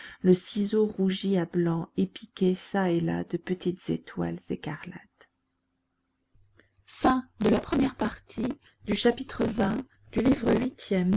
le ciseau rougi à blanc et piqué çà et là de petites étoiles écarlates